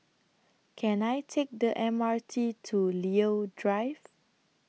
Can I Take The M R T to Leo Drive